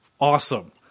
awesome